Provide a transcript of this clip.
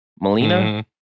Melina